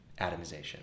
atomization